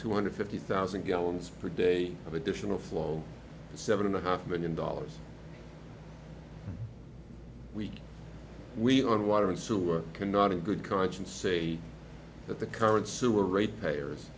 two hundred fifty thousand gallons per day of additional flow seven and a half million dollars week we on water and sewer cannot in good conscience say that the current sewer rate payers